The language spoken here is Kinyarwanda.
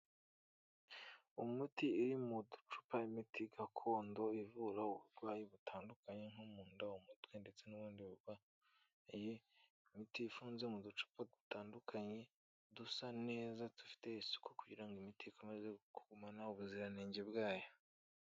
Umuti iri mu ducupa, imiti gakondo ivura uburwayi butandukanye nko mu nda, umutwe ndetse n'ubundi burwayi, imiti ifunze mu ducupa dutandukanye dusa neza dufite isuku kugira ngo imiti ikomeze kugumana ubuziranenge bwayo.